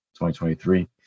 2023